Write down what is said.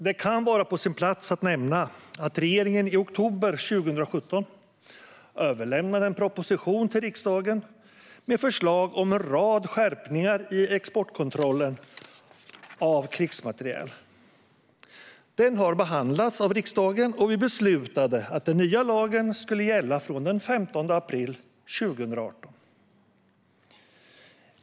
Det kan vara på sin plats att nämna att regeringen i oktober 2017 överlämnade en proposition till riksdagen med förslag om en rad skärpningar i exportkontrollen av krigsmateriel. Den har behandlats av riksdagen, och vi beslutade att den nya lagen skulle gälla från den 15 april 2018.